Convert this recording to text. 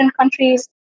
countries